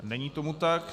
Není tomu tak.